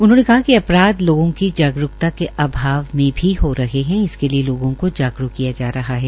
उन्होंने कहा कि अपराधा लोगों की जागरूकता के अभाव में भी हो रहे है इसके लिए लोगों को जागरूक किया जा रहा है